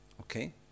Okay